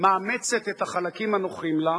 מאמצת את החלקים הנוחים לה,